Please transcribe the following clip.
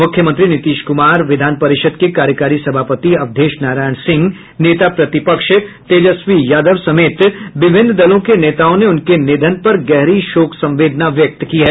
मुख्यमंत्री नीतीश कुमार विधान परिषद के कार्यकारी सभापति अवधेश नारायण सिंह नेता प्रतिपक्ष तेजस्वी प्रसाद यादव समेत विभिन्न दलों के नेताओं ने उनके निधन पर गहरी शोक संवेदना व्यक्त की है